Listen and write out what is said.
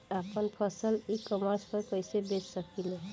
आपन फसल e commerce पर कईसे बेच सकिले?